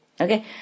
Okay